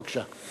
בבקשה.